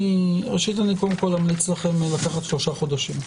קודם כול, אני אמליץ לכם לקחת שלושה חודשים.